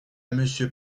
monsieur